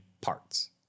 parts